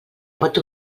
pot